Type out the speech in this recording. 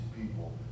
people